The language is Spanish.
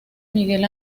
miguel